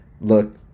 look